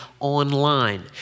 online